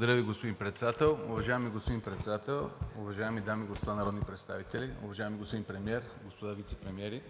Благодаря Ви, господин Председател. Уважаеми господин Председател, уважаеми дами и господа народни представители, уважаеми господин Премиер, господа вицепремиери!